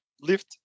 lift